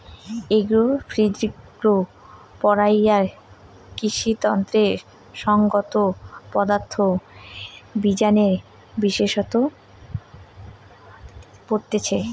agro physics পড়াইয়ারা কৃষিতত্ত্বের সংগত পদার্থ বিজ্ঞানের বিশেষসত্ত পড়তিছে